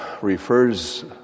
refers